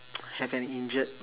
have an injured